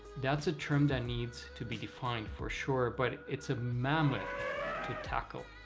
that's a term that needs to be defined, for sure, but it's a mammoth to tackle.